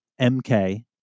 MK